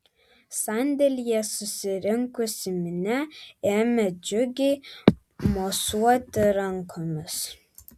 sandėlyje susirinkusi minia ėmė džiugiai mosuoti rankomis